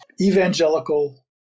evangelical